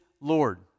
Lord